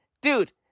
dude